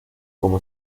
como